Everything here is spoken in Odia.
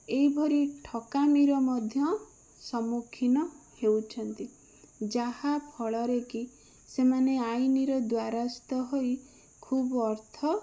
ଏହିପରି ଠକାମୀର ମଧ୍ୟ ସମ୍ମୁଖୀନ ହେଉଛନ୍ତି ଯାହାଫଳରେ କି ସେମାନେ ଆଇନର ଦ୍ୱାରସ୍ଥ ହୋଇ ଖୁବ୍ ଅର୍ଥ